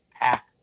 pack